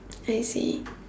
I see